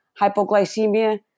hypoglycemia